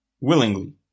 willingly